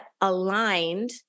aligned